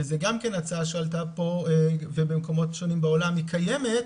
וזו גם הצעה שעלתה פה ובמקומות שונים בעולם היא קיימת,